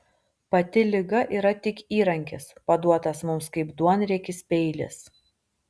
pati liga yra tik įrankis paduotas mums kaip duonriekis peilis